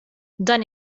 dan